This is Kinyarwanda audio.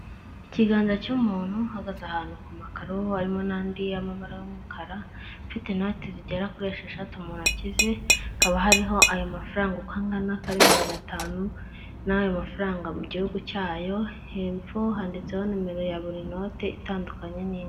Ikiganza cy'umuntu uhagaze ahantu ku makaro harimo n'andi y'amabara y'umukara ufite inoti zigera kuri esheshatu mu ntoki ze hakaba hariho ayo mafaranga uko angana ari magana atanu n'ayo mafaranga mu gihugu cyayo hepfo handitseho nimero ya buri note itandukanye n'indi.